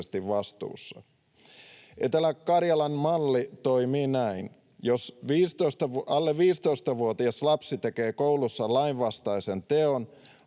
vastuussa. Etelä-Karjalan malli toimii näin: Jos alle 15-vuotias lapsi tekee koulussa lainvastaisen teon,